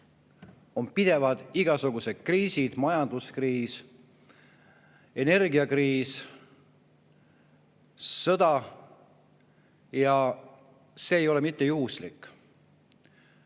kus pidevalt on igasugused kriisid: majanduskriis, energiakriis, sõda. Ja see ei ole mitte juhuslik.